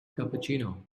cappuccino